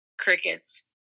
crickets